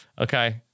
Okay